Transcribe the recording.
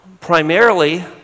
primarily